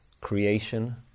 creation